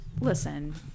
listen